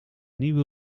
nieuwe